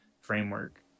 framework